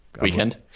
Weekend